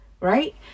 right